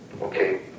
Okay